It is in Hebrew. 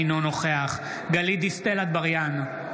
אינו נוכח גלית דיסטל אטבריאן,